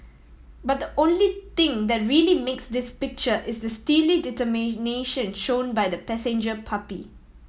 but the only thing that really makes this picture is the steely determination shown by the passenger puppy